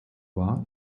war